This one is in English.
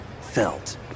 felt